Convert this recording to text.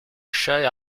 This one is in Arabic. الشاي